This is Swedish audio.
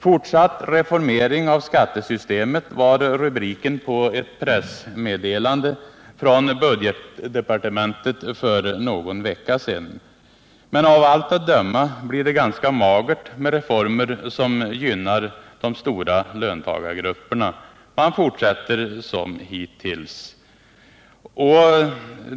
”Fortsatt reformering av skattesystemet” var rubriken på ett pressmeddelande från budgetdepartementet för någon vecka sedan. Men av allt att döma blir det ganska magert med reformer som gynnar de stora löntagargrupperna. Man fortsätter som hittills.